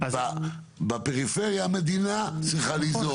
בפריפריה המדינה צריכה ליזום.